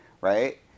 right